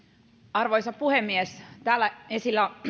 arvoisa puhemies täällä esillä